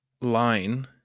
line